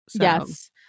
Yes